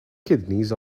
kidneys